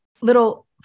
little